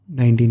19